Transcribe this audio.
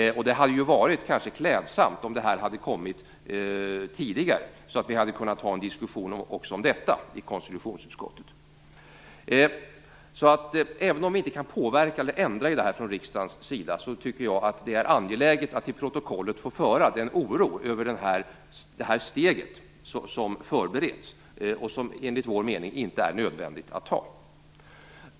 Det hade varit klädsamt om detta hade kommit fram tidigare, så att vi också kunde ha diskuterat det i konstitutionsutskottet. Även om riksdagen inte kan påverka eller förändra detta, är det angeläget att till protokollet få föra den oro över det steg som förbereds. Enligt vår mening är det inte nödvändigt att ta.